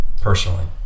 personally